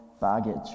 baggage